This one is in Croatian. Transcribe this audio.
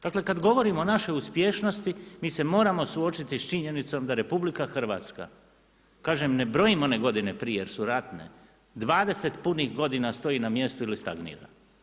Dakle, kad govorimo o našoj uspješnosti, mi se moramo suočiti s činjenicom, da RH, kažem ne brojim one godine prije, jer su ratne, 20 putnih godina stoji na mjestu ili stagnira.